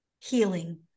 healing